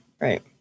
right